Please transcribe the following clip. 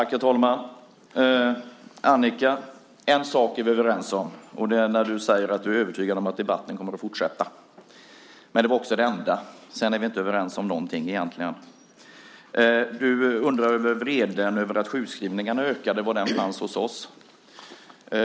Herr talman! En sak är vi överens om, Annika, och det är när du säger att du är övertygad om att debatten kommer att fortsätta. Det är också det enda. Sedan är vi egentligen inte överens om någonting. Du undrar var vreden över att sjukskrivningarna ökade fanns hos oss.